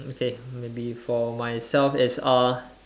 okay maybe for myself is uh